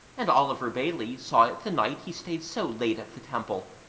and oliver bailey saw it the night he stayed so late at the temple,